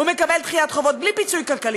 הוא מקבל דחיית חובות בלי פיצוי כלכלי,